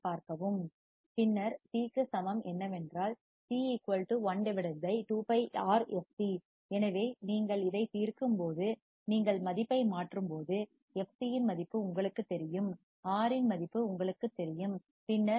பின்னர் சி ற்கு சமம் என்னவென்றால் C 1 2πRfc எனவே நீங்கள் இதை தீர்க்கும்போது நீங்கள் மதிப்பை மாற்றும்போது fc இன் மதிப்பு உங்களுக்குத் தெரியும் R இன் மதிப்பு உங்களுக்குத் தெரியும் பின்னர் நீங்கள் C 79